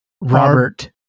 Robert